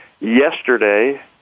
yesterday